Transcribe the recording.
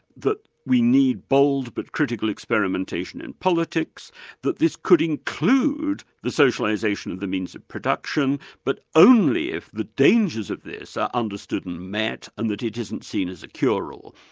that we need bold but critical experimentation in politics that this could include the socialisation of the means of production, but only if the dangers of this are understood and met, and that it isn't seen as a cure-all.